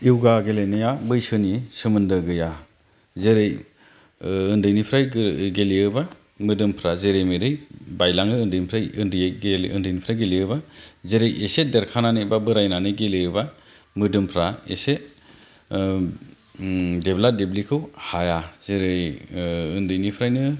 य'गा गेलेनाया बैसोनि सोमोन्दो गैया जेरै उन्दैनिफ्राय गेलेयोबा मोदोमफोरा जेरै मेरै बायलाङो उन्दैनिफ्राय गेलेयोबा जेरै एसे देरखांनानै बा बोरायनानै गेलेयोबा मोदोमफ्रा एसे देब्ला देब्लिखौ हाया जेरै उन्दैनिफ्रायनो